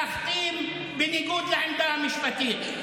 להחתים בניגוד לעמדה המשפטית,